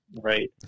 right